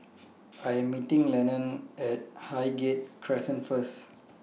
I Am meeting Lennon At Highgate Crescent First